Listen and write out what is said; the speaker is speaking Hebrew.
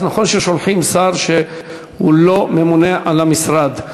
נכון ששולחים שר שהוא לא ממונה על המשרד.